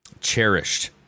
cherished